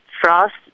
frost